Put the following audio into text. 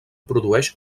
produeix